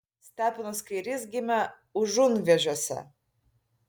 steponas kairys gimė užunvėžiuose